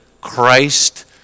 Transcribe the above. Christ